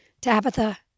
Tabitha